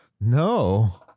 No